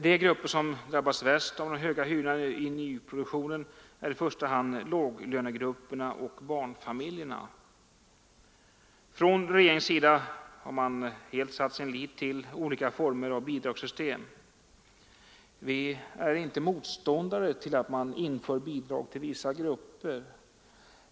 De grupper som drabbas värst av de höga hyrorna i nyproduktionen är i första hand låglönegrupperna och barnfamiljerna. Från regeringens sida har man helt satt sin lit till olika former av bidragssystem. Vi är icke motståndare till att man inför bidrag till vissa grupper.